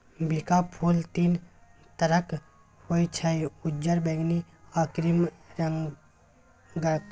बिंका फुल तीन तरहक होइ छै उज्जर, बैगनी आ क्रीम रंगक